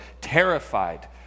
terrified